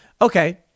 Okay